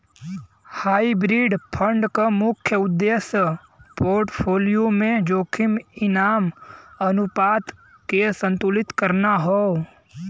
hybrid fund क मुख्य उद्देश्य पोर्टफोलियो में जोखिम इनाम अनुपात के संतुलित करना हौ